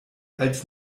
als